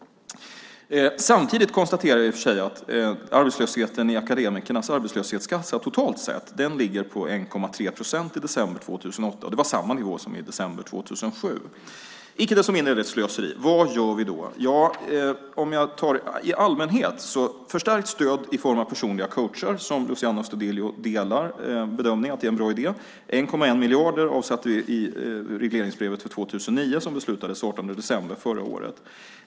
Samtidigt konstaterar jag i och för sig att arbetslösheten totalt sett i akademikernas arbetslöshetskassa låg på 1,3 procent i december 2008, och det var samma nivå som i december 2007. Icke desto mindre är det ett slöseri. Vad gör vi då? I allmänhet handlar det om förstärkt stöd i form av personliga coacher. Luciano Astudillo delar bedömningen att det är en bra idé. 1,1 miljard avsatte vi i regleringsbrevet för 2009 som beslutades den 18 december förra året.